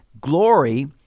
glory